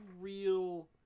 real